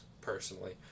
personally